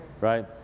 Right